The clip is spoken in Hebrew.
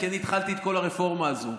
כי אני התחלתי את כל הרפורמה הזאת,